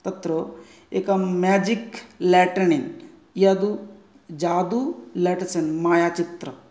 तत्र एकं magic lantern यद् जादु ल्याट्रिनिन् मायाचित्र